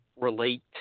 relate